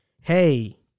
hey